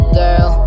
girl